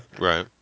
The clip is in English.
Right